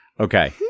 Okay